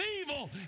evil